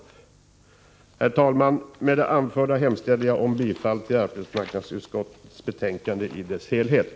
Herr talman! Med det anförda yrkar jag bifall till arbetsmarknadsutskottets hemställan i dess helhet.